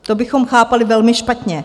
To bychom chápali velmi špatně.